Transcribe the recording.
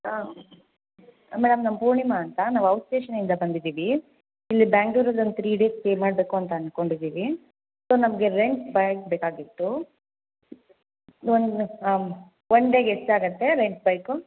madam ನಾವು ಪೂರ್ಣಿಮಾ ಅಂತ ನಾವು ಔಟ್ಸ್ಟೇಷನಿಂದ ಬಂದಿದ್ದೀವಿ ಇಲ್ಲಿ ಬ್ಯಾಂಗ್ಳೂರಲ್ಲಿ ಒಂದು ತ್ರೀ ಡೇಸ್ ಸ್ಟೇ ಮಾಡಬೇಕು ಅಂತ ಅಂದ್ಕೊಂಡಿದ್ದೀವಿ ಸೊ ನಮಗೆ ರೆಂಟ್ ಬೈಕ್ ಬೇಕಾಗಿತ್ತು ಒನ್ ಒನ್ ಡೇಗೆ ಎಷ್ಟಾಗುತ್ತೆ ರೆಂಟ್ ಬೈಕು